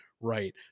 right